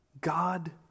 God